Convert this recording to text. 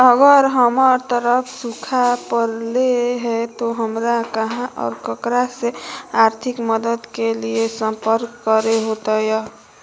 अगर हमर तरफ सुखा परले है तो, हमरा कहा और ककरा से आर्थिक मदद के लिए सम्पर्क करे होतय?